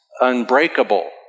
unbreakable